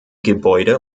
gebäude